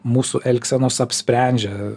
mūsų elgsenos apsprendžia